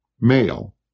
male